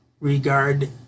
regard